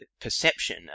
perception